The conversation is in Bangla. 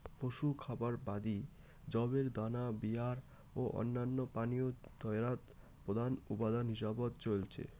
পশু খাবার বাদি যবের দানা বিয়ার ও অইন্যান্য পানীয় তৈয়ারত প্রধান উপাদান হিসাবত চইল হয়